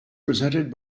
presented